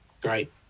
Great